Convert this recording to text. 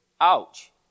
Ouch